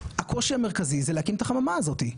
הקושי המרכזי זה להקים את החממה הזאתי.